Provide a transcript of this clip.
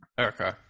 Okay